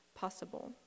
possible